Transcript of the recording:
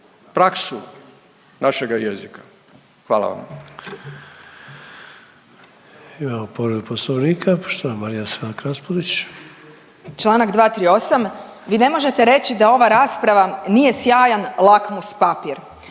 praksu našega jezika. Hvala vam.